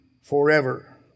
forever